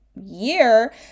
year